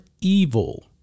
evil